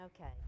Okay